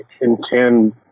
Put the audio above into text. intend